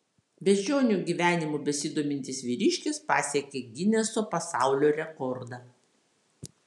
beždžionių gyvenimu besidomintis vyriškis pasiekė gineso pasaulio rekordą